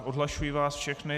Odhlašuji vás všechny.